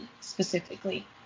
specifically